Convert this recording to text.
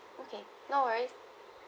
okay no worries